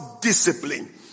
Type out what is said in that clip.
discipline